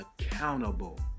accountable